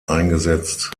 eingesetzt